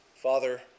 Father